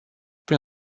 prin